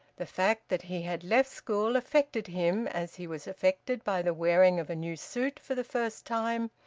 the fact that he had left school affected him as he was affected by the wearing of a new suit for the first time,